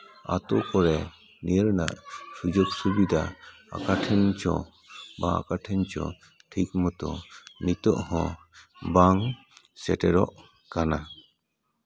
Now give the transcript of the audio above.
ᱟᱹᱛᱩ ᱠᱚᱨᱮᱜ ᱱᱤᱭᱟᱹ ᱨᱮᱱᱟᱜ ᱥᱩᱡᱳᱜᱽ ᱥᱩᱵᱤᱫᱷᱟ ᱚᱠᱟ ᱴᱷᱮᱱ ᱪᱚ ᱵᱟ ᱚᱠᱟ ᱴᱷᱮᱱ ᱪᱚ ᱴᱷᱤᱠ ᱢᱚᱛᱚ ᱱᱤᱛᱚᱜ ᱦᱚᱸ ᱵᱟᱝ ᱥᱮᱴᱮᱨᱚᱜ ᱠᱟᱱᱟ